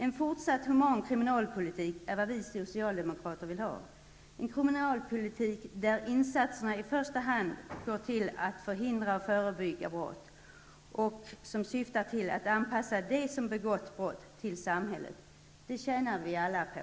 En fortsatt human kriminalpolitik är vad vi socialdemokrater vill ha, en kriminalpolitik där insatserna i första hand går till att förhindra och förebygga brott och som syftar till att anpassa dem som begått brott till samhället. Det tjänar vi alla på.